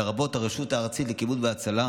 לרבות הרשות הארצית לכבאות והצלה,